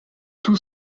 tout